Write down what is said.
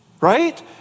Right